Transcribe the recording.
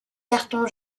cartons